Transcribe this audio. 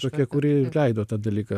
tokia kuri leido tą dalyką